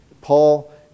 Paul